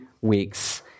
weeks